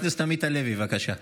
חבר הכנסת עמית הלוי, בבקשה.